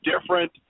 different